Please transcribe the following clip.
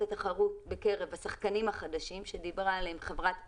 התחרות בקרב השחקנים החדשים עליהם דיברה חברת הכנסת,